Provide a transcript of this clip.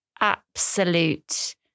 absolute